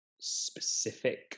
specific